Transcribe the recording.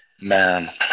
man